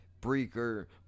Breaker